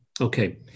Okay